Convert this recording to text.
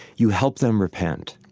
you help them repent